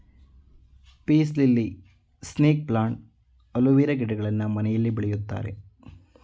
piece lily, snake plant, aloe vera ಗಿಡಗಳನ್ನು ಮನೆಯಲ್ಲಿ ಬೆಳಿತಾರೆ